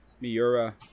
Miura